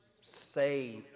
say